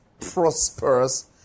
prosperous